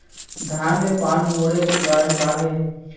धान के पान मुड़े के कारण का हे?